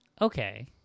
okay